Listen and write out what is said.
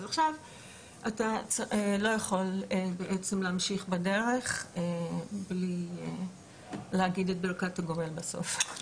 אז עכשיו אתה לא יכול להמשיך בדרך בלי להגיד ברכת הגומל בסוף.